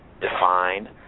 defined